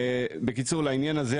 לעניין הזה,